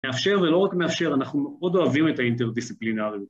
מאפשר ולא רק מאפשר, אנחנו מאוד אוהבים את האינטרדיסציפלינריות.